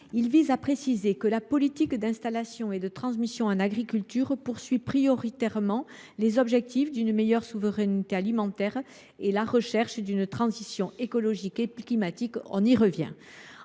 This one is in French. Il tend à préciser que la politique d’installation et de transmission en agriculture a prioritairement pour objectifs une meilleure souveraineté alimentaire et la recherche d’une transition écologique et climatique. En supprimant